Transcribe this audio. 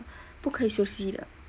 不可以熟悉的